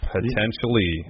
Potentially